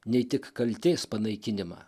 nei tik kaltės panaikinimą